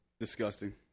Disgusting